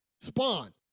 Spawn